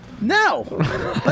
No